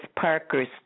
Parker's